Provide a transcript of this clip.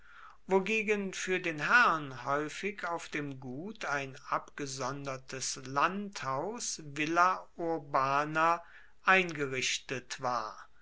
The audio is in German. wogegen fuer den herrn haeufig auf dem gut ein abgesondertes landhaus villa urbana eingerichtet war